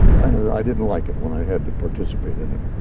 and i didn't like it when i had to participate in it.